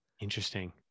Interesting